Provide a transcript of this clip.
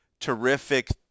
terrific